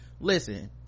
listen